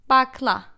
Bakla